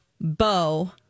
Bo